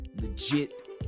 legit